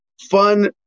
Fun